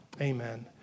Amen